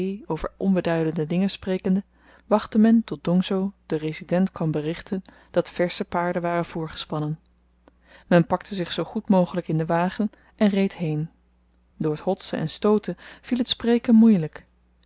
over onbeduidende dingen sprekende wachtte men tot dongso den resident kwam berichten dat de versche paarden waren voorgespannen men pakte zich zoo goed mogelyk in den wagen en reed heen door t hotsen en stooten viel t spreken moeielyk